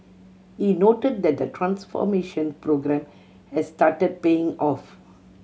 he noted that the transformation programme has started paying off